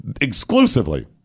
exclusively